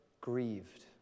grieved